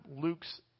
Luke's